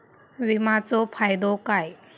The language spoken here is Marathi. विमाचो फायदो काय?